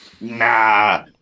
nah